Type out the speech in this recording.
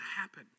happen